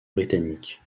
britannique